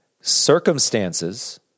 circumstances